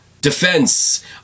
Defense